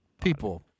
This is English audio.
people